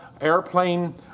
airplane